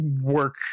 work